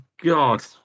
God